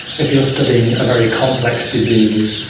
if you're studying a very complex disease,